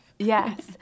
Yes